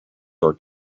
were